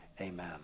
Amen